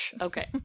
Okay